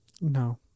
No